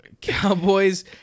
Cowboys